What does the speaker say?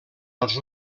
als